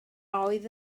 oedd